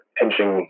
pinching